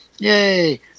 Yay